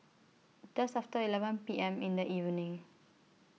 Just after eleven P M in The evening